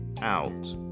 out